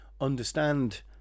understand